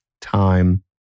time